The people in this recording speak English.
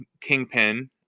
Kingpin